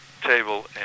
table